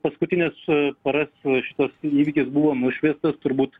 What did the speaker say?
paskutines paras šitas įvykis buvo nušviestas turbūt